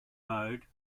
mode